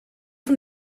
van